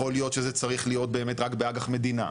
יכול להיות שזה צריך להיות רק באג"ח מדינה,